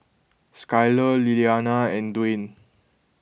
Skylar Lilyana and Dwane